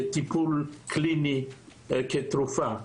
לטיפול קליני כתרופה.